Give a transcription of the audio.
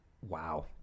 Wow